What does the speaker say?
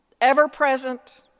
ever-present